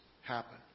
happen